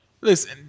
listen